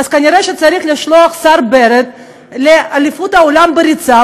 אז כנראה צריך לשלוח את השר בנט לאליפות העולם בריצה,